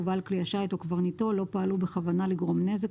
ובעל כלי השיט או קברניו לא פעלו בכוונה לגרום נזק,